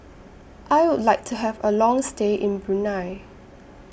I Would like to Have A Long stay in Brunei